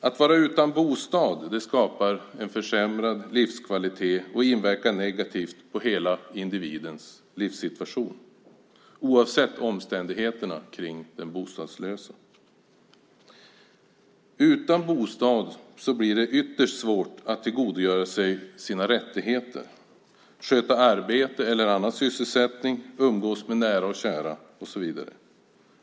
Att vara utan bostad skapar en försämrad livskvalitet och inverkar negativt på hela individens livssituation, oavsett omständigheterna kring den bostadslösa. Utan bostad blir det ytterst svårt att tillgodogöra sig sina rättigheter, sköta arbete eller annan sysselsättning, umgås med nära och kära och så vidare.